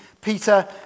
Peter